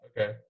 Okay